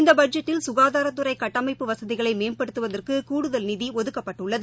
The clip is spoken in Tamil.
இந்த பட்ஜெட்டில் சுகாதாரத்துறை கட்டமைப்பு வசதிகளை மேம்படுத்துவதற்கு கூடுதல் நிதி ஒதுக்கப்பட்டுள்ளது